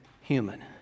human